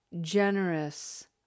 generous